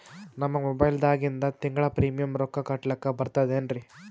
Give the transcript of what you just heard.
ನಮ್ಮ ಮೊಬೈಲದಾಗಿಂದ ತಿಂಗಳ ಪ್ರೀಮಿಯಂ ರೊಕ್ಕ ಕಟ್ಲಕ್ಕ ಬರ್ತದೇನ್ರಿ?